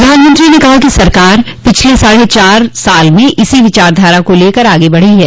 प्रधानमंत्री ने कहा कि सरकार पिछले साढ़े चार साल में इसी विचारधारा को लेकर आगे बढ़ी है